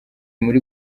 muri